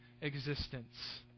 existence